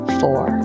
four